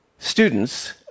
students